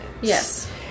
Yes